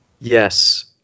Yes